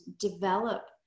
develop